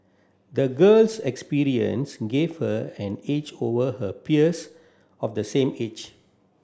the girl's experience gave her an edge over her peers of the same age